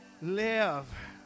Live